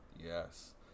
Yes